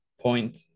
point